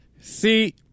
See